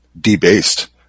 debased